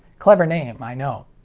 clever name, i know.